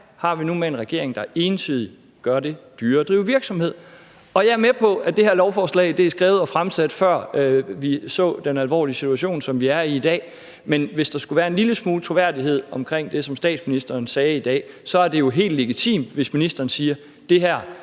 at gøre med en regering, der entydigt gør det dyrere at drive virksomhed. Og jeg er med på, at det her lovforslag er skrevet og fremsat, før vi så den alvorlige situation, som vi er i i dag, men hvis der skulle være en lille smule troværdighed omkring det, som statsministeren sagde i dag, så var det jo helt legitimt, hvis ministeren sagde, at det var